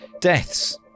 Deaths